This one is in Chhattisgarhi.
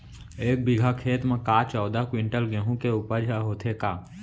एक बीघा खेत म का चौदह क्विंटल गेहूँ के उपज ह होथे का?